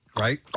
Right